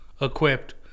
equipped